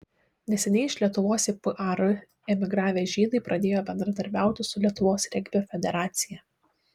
neseniai iš lietuvos į par emigravę žydai pradėjo bendradarbiauti su lietuvos regbio federacija